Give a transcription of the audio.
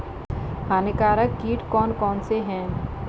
हानिकारक कीट कौन कौन से हैं?